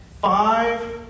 Five